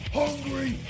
hungry